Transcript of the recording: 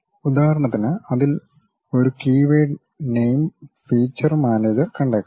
ഉദാഹരണത്തിന് അതിൽ ഒരു കീവേഡ് നെയിം ഫീച്ചർ മാനേജർ കണ്ടേക്കാം